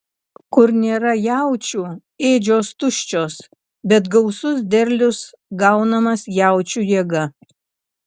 kur nėra jaučių ėdžios tuščios bet gausus derlius gaunamas jaučių jėga